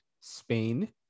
Spain